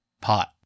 pot